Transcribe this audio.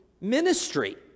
ministry